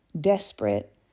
desperate